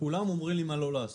כולם אומרים לי מה לעשות.